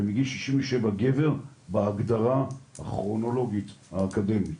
ומגיל 67 גבר בהגדרה הכרונולוגית האקדמית